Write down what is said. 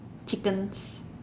chickens